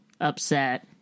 upset